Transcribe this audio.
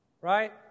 Right